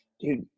dude